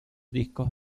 discos